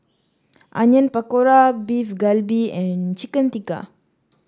Onion Pakora Beef Galbi and Chicken Tikka